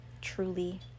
truly